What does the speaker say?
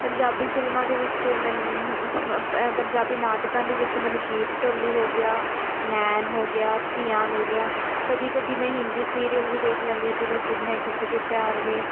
ਪੰਜਾਬੀ ਫਿਲਮਾਂ ਦੇ ਵਿੱਚ ਮੈਨੂੰ ਪੰਜਾਬੀ ਨਾਟਕਾਂ ਦੇ ਵਿੱਚ ਮੈਨੂੰ ਗੀਤ ਢੋਲੀ ਹੋ ਗਿਆ ਨੈਣ ਹੋ ਗਿਆ ਧੀਆਂ ਮੇਰੀਆਂ ਕਦੀ ਕਦੀ ਮੈਂ ਹਿੰਦੀ ਸੀਰੀਅਲ ਵੀ ਦੇਖ ਲੈਂਦੀ ਹਾਂ ਜਿਵੇਂ ਗੁੰਮ ਹੈ ਕਿਸੀ ਕੇ ਪਿਆਰ ਮੇਂ